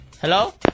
Hello